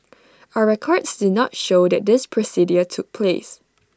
our records did not show that this procedure took place